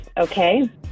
Okay